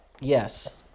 Yes